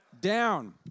Down